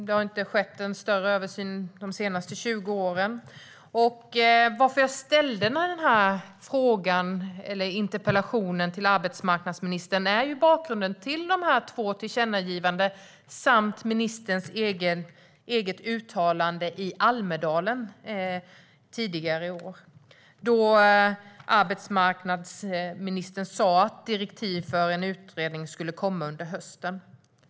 Det har inte gjorts en större översyn de senaste 20 åren. Jag ställde den här frågan eller interpellationen till arbetsmarknadsministern mot bakgrund av de här två tillkännagivandena samt ministerns eget uttalande i Almedalen tidigare i år. Då sa arbetsmarknadsministern att direktiv för en utredning skulle komma under hösten.